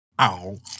Ow